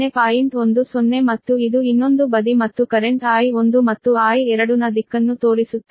10 ಮತ್ತು ಇದು ಇನ್ನೊಂದು ಬದಿ ಮತ್ತು ಕರೆಂಟ್ I1 ಮತ್ತು I2 ನ ದಿಕ್ಕನ್ನು ತೋರಿಸುತ್ತದೆ